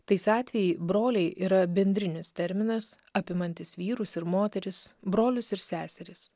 tais atvejais broliai yra bendrinis terminas apimantis vyrus ir moteris brolius ir seseris